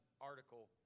article